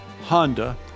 Honda